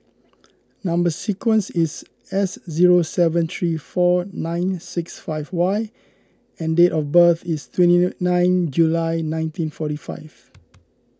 Number Sequence is S zero seven three four nine six five Y and date of birth is twenty nine July nineteen forty five